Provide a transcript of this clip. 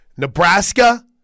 Nebraska